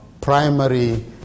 primary